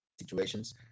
situations